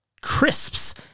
crisps